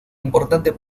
importante